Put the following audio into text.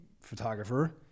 photographer